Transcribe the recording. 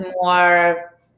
more